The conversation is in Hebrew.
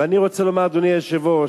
ואני רוצה לומר, אדוני היושב-ראש,